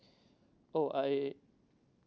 oh I